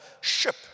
ship